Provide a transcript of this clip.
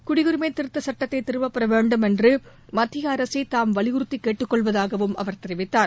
குடியுரிமை திருத்த சட்டத்தை திரும்பப்பெற வேண்டும் என்று மத்திய அரசை தாம் வலியுறுத்தி கேட்டுக்கொள்வதாகவும் அவர் தெரிவித்தார்